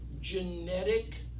genetic